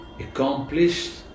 accomplished